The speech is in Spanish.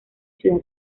ciudad